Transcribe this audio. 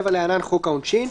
1977‏ (להלן, חוק העונשין):